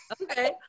Okay